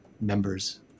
members